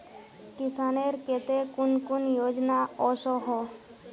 किसानेर केते कुन कुन योजना ओसोहो?